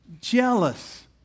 jealous